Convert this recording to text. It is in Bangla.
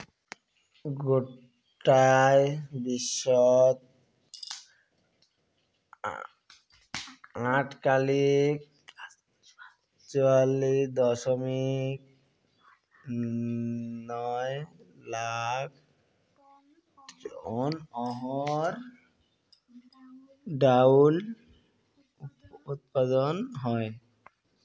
গোটায় বিশ্বত আটকালিক চুয়াল্লিশ দশমিক নয় লাখ টন অহর ডাইল উৎপাদন হয়